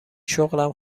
شغلم